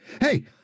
Hey